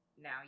now